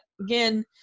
again